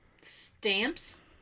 Stamps